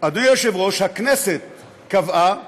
אדוני היושב-ראש, הכנסת קבעה